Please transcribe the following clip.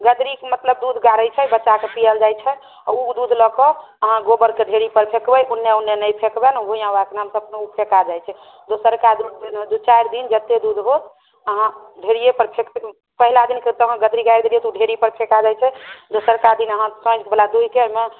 गदरीक मतलब दूध गाड़ैत छै बच्चाके पिआओल जाइत छै आ ओ दूध लऽ कऽ अहाँ गोबरके ढेरी पर फेकबै ओन्ने ओन्ने नहि फेकबनि भुइआँ बाबाके नाम पर दूध कखनो फेका जाइत छै दोसरका दिन दु चारि दिन जतेक दूध होयत अहाँ ढेरिए पर फेकबै पहिला दिनके जहन गदरी गाड़ि दिऔ तऽ ढेरी पर फेका जाइत छै दोसरका दिन अहाँ पानि बला दुहिके ओहिमे